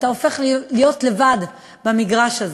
אתה הופך להיות לבד במגרש הזה.